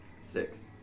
Six